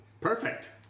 Perfect